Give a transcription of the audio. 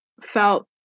felt